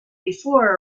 before